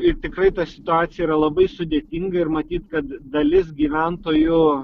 ir tikrai ta situacija yra labai sudėtinga ir matyt kad dalis gyventojų